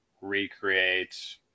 recreate